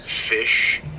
fish